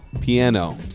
piano